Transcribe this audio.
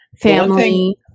family